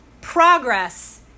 progress